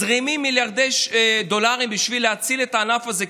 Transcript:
מיליארדי דולרים בשביל להציל את הענף הזה,